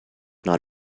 not